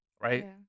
Right